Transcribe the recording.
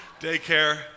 Daycare